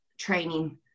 training